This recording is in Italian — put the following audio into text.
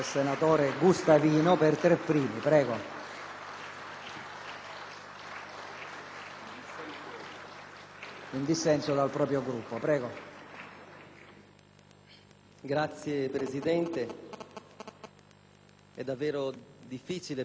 Signor Presidente, è davvero difficile per me intervenire dopo un intervento così vero e vibrato,